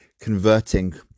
converting